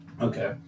Okay